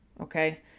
okay